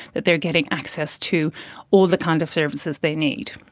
that they are getting access to all the kind of services they need.